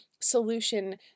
solution